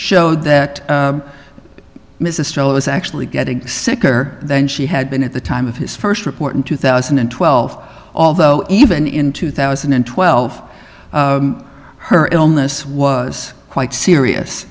showed that mistral is actually getting sicker than she had been at the time of his first report in two thousand and twelve although even in two thousand and twelve her illness was quite serious